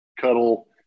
cuddle